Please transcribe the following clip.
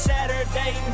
Saturday